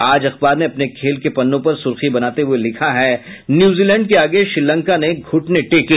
आज अखबार ने अपने खेल के पन्नों पर सुर्खी बनाते हुये लिखा है न्यूजीलैंड के आगे श्रीलंका ने घुटने टेके